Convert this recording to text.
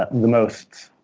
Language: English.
ah and the most